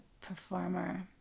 performer